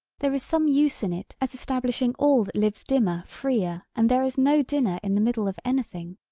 there is some use in it as establishing all that lives dimmer freer and there is no dinner in the middle of anything.